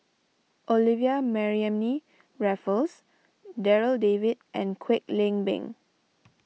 Olivia Mariamne Raffles Darryl David and Kwek Leng Beng